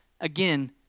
again